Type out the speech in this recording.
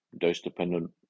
dose-dependent